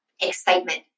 excitement